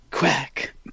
Quack